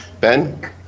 Ben